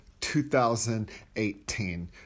2018